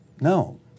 no